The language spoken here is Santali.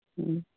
ᱦᱮᱸ